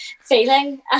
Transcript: feeling